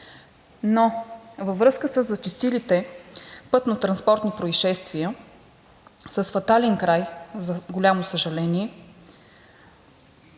но във връзка със зачестилите пътно-транспортни произшествия с фатален край, за голямо съжаление,